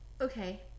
okay